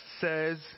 says